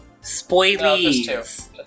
Spoilers